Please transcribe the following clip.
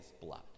blood